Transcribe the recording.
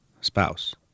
spouse